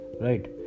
right